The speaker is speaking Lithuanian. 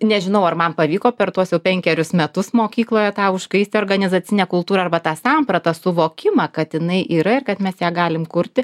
nežinau ar man pavyko per tuos jau penkerius metus mokykloje tą užkaisti organizacinę kultūrą arba tą sampratą suvokimą kad jinai yra ir kad mes ją galime kurti